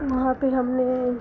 वहाँ पर हमने